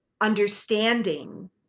understanding